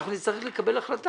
ואנחנו נצטרך לקבל החלטה